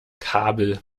kabel